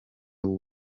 w’u